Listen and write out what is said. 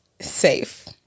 safe